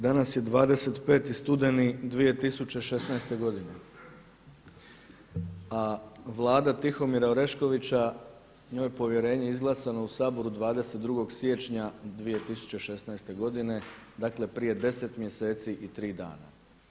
Danas je 25. studeni 2016. godine, a vlada Tihomira Oreškovića njoj je povjerenje izglasano u Saboru 22. siječnja 2016. godine, dakle prije 10 mjeseci i 3 dana.